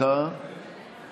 הסתייגות 333 לא נתקבלה.